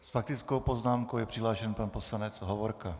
S faktickou poznámkou je přihlášen pan poslanec Hovorka.